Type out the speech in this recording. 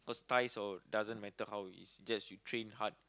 size or doesn't matter how is just you train hard